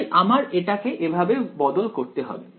তাই আমার এটাকে এভাবে বদল করতে হবে